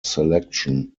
selection